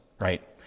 right